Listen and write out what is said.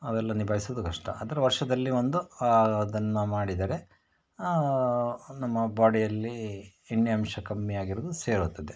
ಅವೆಲ್ಲ ನಿಭಾಯಿಸೋದು ಕಷ್ಟ ಆದರೆ ವರ್ಷದಲ್ಲಿ ಒಂದು ಅದನ್ನು ಮಾಡಿದರೆ ನಮ್ಮ ಬಾಡಿಯಲ್ಲಿ ಎಣ್ಣೆ ಅಂಶ ಕಮ್ಮಿಯಾಗಿರೋದು ಸೇರುತ್ತದೆ